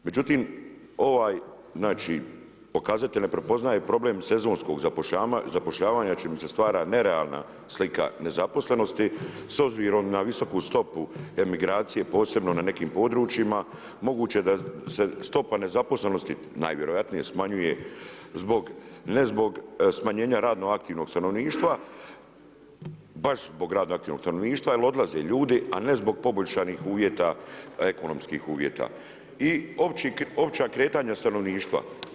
Međutim, ovaj znači pokazatelj ne prepoznaje problem sezonskog zapošljavanja čime se stvara nerealna slika nezaposlenosti s obzirom na visoku stopu emigracije posebno na nekim područjima, moguće da se stopa nezaposlenosti, najvjerojatnije smanjuje zbog, ne zbog smanjenja radno aktivnog stanovništva, baš zbog radnoaktivnog stanovništva jer odlaze ljudi a ne zbog poboljšanih uvjeta, ekonomskim uvjeta i opća kretanja stanovništva.